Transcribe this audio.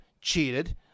cheated